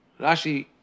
Rashi